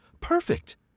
Perfect